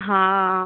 हां